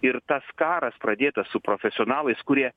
ir tas karas pradėtas su profesionalais kurie